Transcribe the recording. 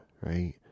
right